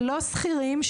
ולא שכירים,